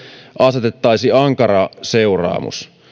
asetettaisiin ankara seuraamus